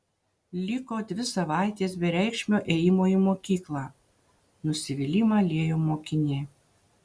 liko dvi savaitės bereikšmio ėjimo į mokyklą nusivylimą liejo mokinė